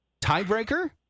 Tiebreaker